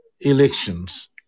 elections